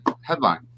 headline